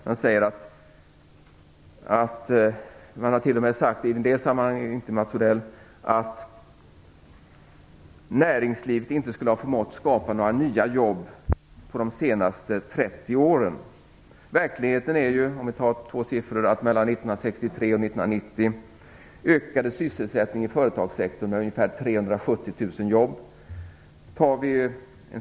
Man har i det sammanhanget t.o.m. sagt - dock inte Mats Odell - att näringslivet inte skulle ha förmått att skapa några nya jobb på de senaste 30 åren. Verkligheten är den att sysselsättningen i företagssektorn ökade mellan 1963 och 1990 med ungefär 370 000 jobb.